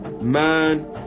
man